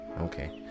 Okay